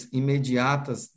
imediatas